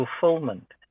fulfillment